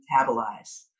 metabolize